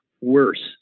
worse